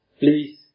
please